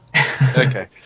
Okay